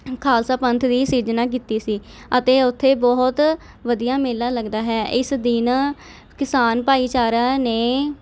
ਖਾਲਸਾ ਪੰਥ ਦੀ ਸਿਰਜਣਾ ਕੀਤੀ ਸੀ ਅਤੇ ਉੱਥੇ ਬਹੁਤ ਵਧੀਆ ਮੇਲਾ ਲੱਗਦਾ ਹੈ ਇਸ ਦਿਨ ਕਿਸਾਨ ਭਾਈਚਾਰਾ ਨੇ